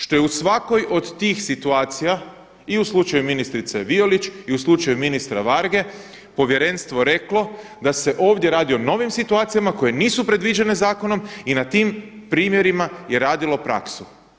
Što je u svakoj od tih situacija i u slučaju ministrice Violić, i u slučaju ministra Varge Povjerenstvo reklo da se ovdje radi o novim situacijama koje nisu predviđene zakonom i na tim primjerima je radilo praksu.